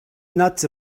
nuts